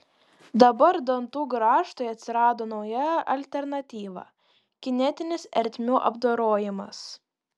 dabar dantų grąžtui atsirado nauja alternatyva kinetinis ertmių apdorojimas